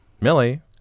Millie